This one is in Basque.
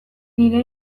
nire